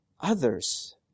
others